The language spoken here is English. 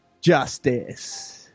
Justice